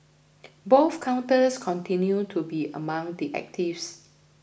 both counters continued to be among the actives